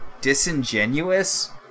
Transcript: disingenuous